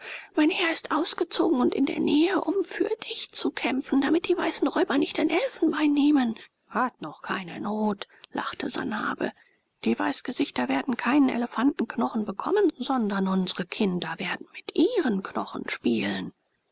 mein herr ist ausgezogen und in der nähe um für dich zu kämpfen damit die weißen räuber nicht dein elfenbein nehmen hat noch keine not lachte sanhabe die weißgesichter werden keinen elefantenknochen bekommen sondern unsre kinder werden mit ihren knochen spielen